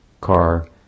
car